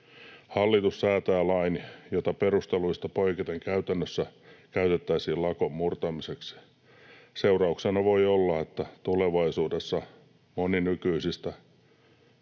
hallitus säätää lain, jota perusteluista poiketen käytännössä käytettäisiin lakon murtamiseksi. Seurauksena voi olla, että tulevaisuudessa moni nykyisistäkin